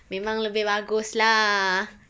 memang lebih bagus lah